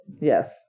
Yes